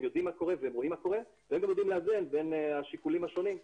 הם יודעים מה קורה והם גם יודעים לאזן בין השיקולים השונים.